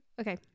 okay